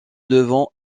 devant